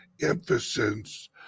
emphasis